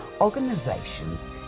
organizations